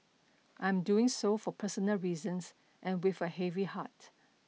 I am doing so for personal reasons and with a heavy heart